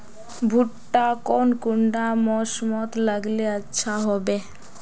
भुट्टा कौन कुंडा मोसमोत लगले अच्छा होबे?